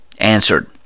answered